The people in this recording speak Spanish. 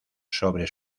sobre